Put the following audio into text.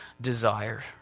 desire